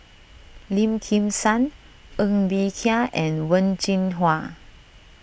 Lim Kim San Ng Bee Kia and Wen Jinhua